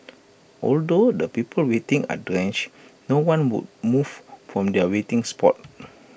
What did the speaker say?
although the people waiting are drenched no one would moved from their waiting spots